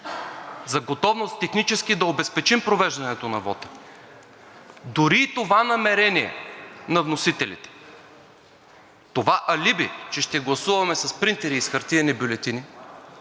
за готовност технически да обезпечим провеждането на вота, дори и това намерение на вносителите, това алиби, че ще гласуваме с принтери и с хартиени бюлетини,